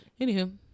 Anywho